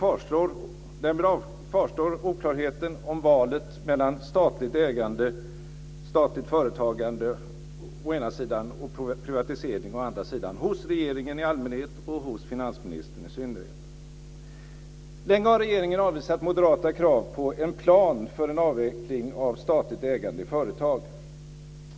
Därmed kvarstår oklarheten om valet mellan statligt företagande å ena sidan och privatisering å andra sidan hos regeringen i allmänhet och hos finansministern i synnerhet. Länge har regeringen avvisat moderata krav på en plan för en avveckling av statlig ägande i företag.